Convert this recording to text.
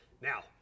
Now